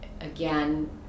again